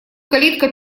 калитка